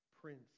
Prince